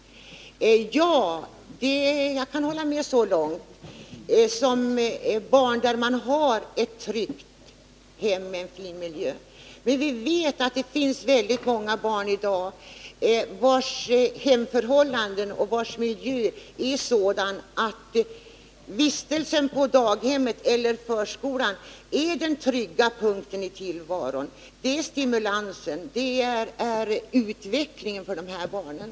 Ja, jag kan hålla med om det så långt som när det gäller barn i trygga hem i fin miljö. Men vi vet att det i dag finns väldigt många barn, vilkas hemförhållanden och miljö är sådana att vistelsen på daghemmet eller förskolan är den trygga punkten i tillvaron, stimulansen och utvecklingen för dem.